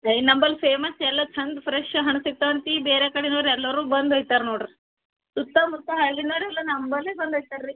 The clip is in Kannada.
ಏ ನಂಬಲ್ ಫೇಮಸ್ ಎಲ್ಲ ಚೆಂದ ಫ್ರೆಶ್ಶಾಗಿ ಹಣ್ಣು ಸಿಗ್ತಾವೆ ಅಂತಿ ಬೇರೆ ಕಡೆಯೋರು ಎಲ್ಲರೂ ಬಂದು ಒಯ್ತಾರೆ ನೋಡಿರಿ ಸುತ್ತಮುತ್ತ ಹಳ್ಳಿಯೋರೆಲ್ಲ ನಂಬಲ್ಲೇ ಬಂದು ಒಯ್ತಾರೆ ರೀ